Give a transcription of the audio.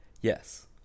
Yes